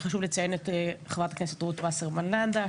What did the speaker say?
חשוב לציין את חברת הכנסת רות וסרמן לנדה,